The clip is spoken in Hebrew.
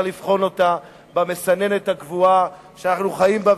לבחון אותה במסננת הקבועה שאנחנו חיים בה,